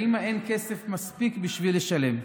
לאימא אין כסף מספיק בשביל לשלם.